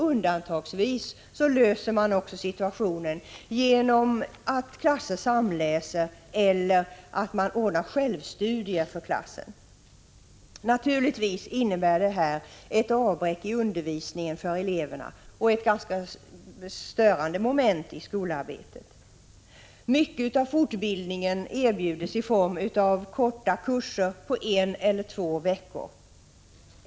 Undantagsvis löser man situationen genom att klasser samläser eller att självstudier för klassen ordnas. Naturligtvis innebär detta ett avbräck i undervisningen för eleverna och ett ganska störande moment i skolarbetet. Mycket av fortbildningen erbjuds i form av kortkurser på en eller två veckor.